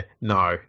no